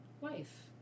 wife